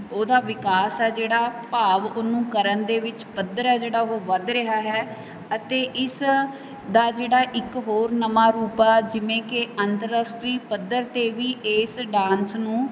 ਉਹਦਾ ਵਿਕਾਸ ਹੈ ਜਿਹੜਾ ਭਾਵ ਉਹਨੂੰ ਕਰਨ ਦੇ ਵਿੱਚ ਪੱਧਰ ਹੈ ਜਿਹੜਾ ਉਹ ਵੱਧ ਰਿਹਾ ਹੈ ਅਤੇ ਇਸ ਦਾ ਜਿਹੜਾ ਇੱਕ ਹੋਰ ਨਵਾਂ ਰੂਪ ਆ ਜਿਵੇਂ ਕਿ ਅੰਤਰਰਾਸ਼ਟਰੀ ਪੱਧਰ 'ਤੇ ਵੀ ਇਸ ਡਾਂਸ ਨੂੰ